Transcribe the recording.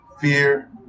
fear